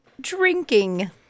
drinking